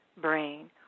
brain